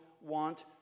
want